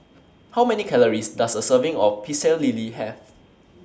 How Many Calories Does A Serving of Pecel Lele Have